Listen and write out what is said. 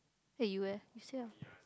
hey you leh it's here